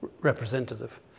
representative